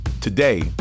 Today